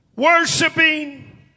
Worshipping